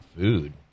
food